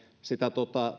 sitä